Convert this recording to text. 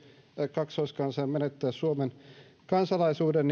kaksoiskansalainen menettää suomen kansalaisuuden